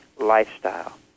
lifestyle